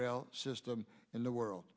rail system in the world